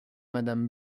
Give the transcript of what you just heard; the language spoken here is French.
madame